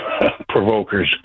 provokers